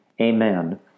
Amen